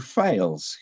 fails